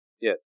yes